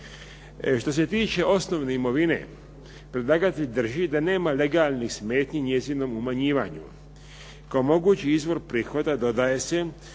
Što se tiče osnovne imovine, predlagatelj drži da nema legalnih smetnji njezinom umanjivanju. Kao mogući izvor prihoda dodaje se